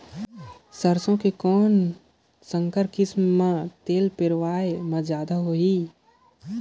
सरसो के कौन संकर किसम मे तेल पेरावाय म जादा होही?